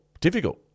difficult